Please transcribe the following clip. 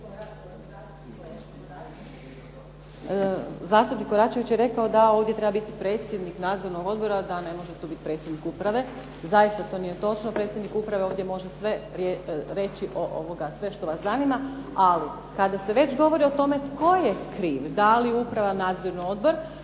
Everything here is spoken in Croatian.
Zastupnik Koračević je rekao da ovdje treba biti predsjednik nadzornog odbora, da ne može tu biti predsjednik uprave. Zaista to nije točno. Predsjednik uprave ovdje sve može reći što vas zanima. Ali kada se već govori o tome tko je kriv, da li uprava, nadzorni odbor